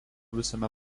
visame